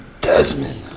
Desmond